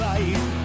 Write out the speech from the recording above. Life